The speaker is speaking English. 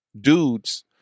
dudes